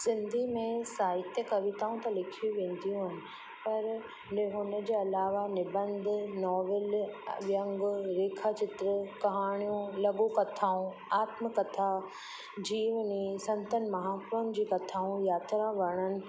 सिंधी में साहित्य कविताऊं त लिखियूं वेंदियूं आहिनि पर हुनजे अलावा निबंद नॉविल वियंग रेखाचित्र कहाणियूं लघु कथाऊं आत्म कथा जीविनी संतनि महात्माउनि जूं कथाऊं यात्रा वर्णन